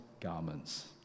garments